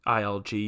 ILG